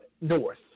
north